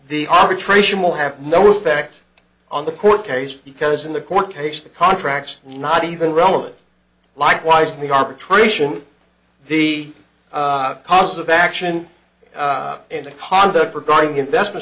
the arbitration will have no effect on the court case because in the court case the contracts not even relevant likewise the arbitration the cause of action and the conduct regarding investment